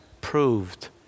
proved